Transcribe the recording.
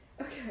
okay